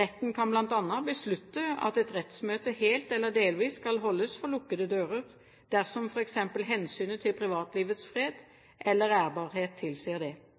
Retten kan bl.a. beslutte at et rettsmøte helt eller delvis skal holdes for lukkede dører dersom f.eks. hensynet til privatlivets fred eller ærbarhet tilsier det.